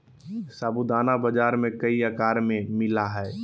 साबूदाना बाजार में कई आकार में मिला हइ